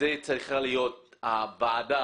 זו צריכה להיות הוועדה,